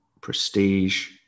prestige